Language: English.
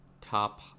top